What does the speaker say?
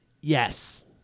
yes